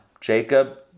Jacob